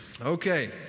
Okay